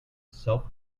self